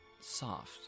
soft